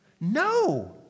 No